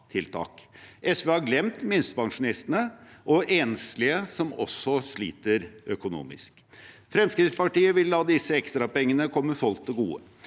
SV har glemt minstepensjonistene og de enslige, som også sliter økonomisk. Fremskrittspartiet vil la disse «ekstrapengene» komme folk til gode